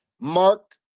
mark